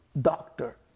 doctor